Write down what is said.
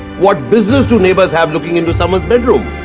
what business do neighbours have looking into someone's bedroom?